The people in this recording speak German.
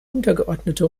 untergeordnete